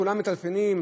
כולם מטלפנים,